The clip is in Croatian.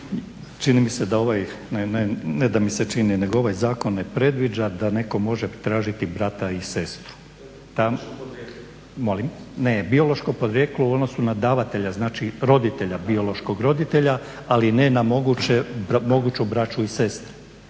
čini nego ovaj zakon ne predviđa da netko može tražiti brata i sestru. … /Upadica se ne razumije./… Ne, biološko porijeklo u odnosu na davatelja znači roditelja, biološkog roditelja, ali ne na moguću braću i sestre.